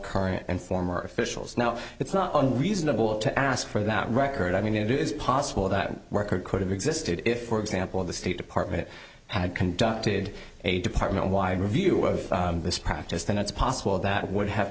current and former officials now it's not only reasonable to ask for that record i mean it is possible that record could have existed if for example the state department had conducted a department wide review of this practice then it's possible that would have